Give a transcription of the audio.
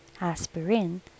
aspirin